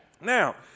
Now